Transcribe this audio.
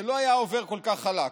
זה לא היה עובר כל כך חלק.